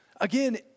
Again